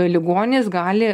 ligonis gali